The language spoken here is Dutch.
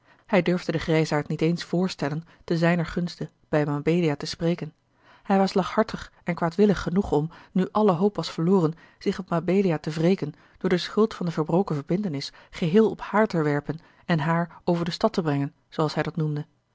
hij durfde den grijsaard niet eens voorstellen te zijner gunste bij mabelia te spreken hij was laaghartig en kwaadwillig genoeg om nu alle hoop was verloren zich op mabelia te wreken door de schuld van de verbroken verbintenis geheel op haar te werpen en haar a l g bosboom-toussaint de delftsche wonderdokter eel de stad te brengen zooals hij dat noemde